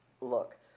look